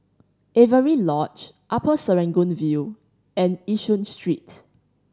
Avery Lodge Upper Serangoon View and Yishun Street